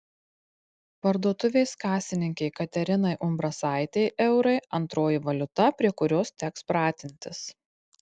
parduotuvės kasininkei katerinai umbrasaitei eurai antroji valiuta prie kurios teks pratintis